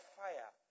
fire